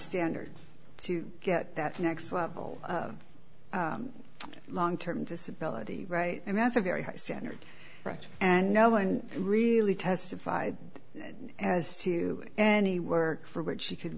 standard to get that next level of long term disability right and that's a very high standard and no one really testified as to any work for which she c